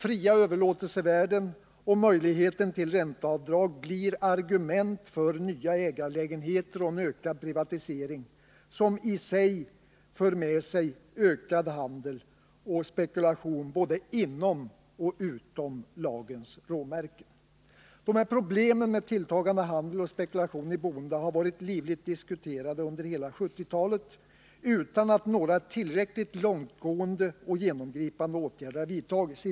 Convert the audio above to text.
Fria överlåtelsevärden och möjligheten till ränteavdrag blir argument för nya ägarlägenheter och en ökad privatisering, som i sig för med sig ökad handel och spekulation både inom och utom lagens råmärken. Problemen med en tilltagande handel och spekulation i boendet har varit livligt diskuterade under hela 1970-talet utan att några tillräckligt långtgående och genomgripande åtgärder vidtagits.